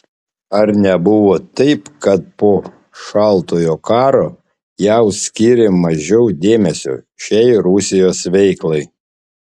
ar nebuvo taip kad po šaltojo karo jav skyrė mažiau dėmesio šiai rusijos veiklai